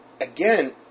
again